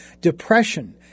depression